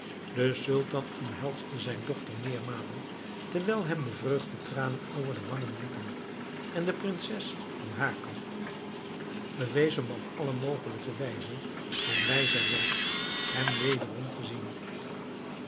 de sultan omhelsde zijn dochter meermalen terwijl hem de vreugdetranen over de wangen liepen en de prinses van haar kant bewees hem op alle mogelijke wijzen hoe blij zij was hem weerom te zien